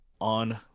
on